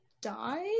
die